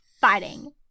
fighting